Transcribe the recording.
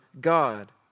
God